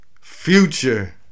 Future